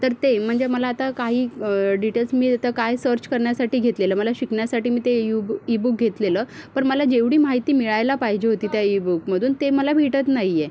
तर ते म्हणजे मला आता काही डिटेल्स मी तर काय सर्च करण्यासाठी घेतलेलं मला शिकण्यासाठी मी ते यूबु ईबुक घेतलेलं पण मला जेवढी माहिती मिळायला पाहिजे होती त्या ईबुकमधून ते मला भेटत नाही आहे